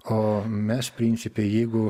o mes principe jeigu